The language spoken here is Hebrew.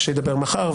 כשידבר מחר,